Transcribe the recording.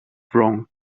wrong